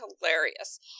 hilarious